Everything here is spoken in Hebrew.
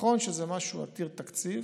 נכון שזה משהו עתיר תקציב.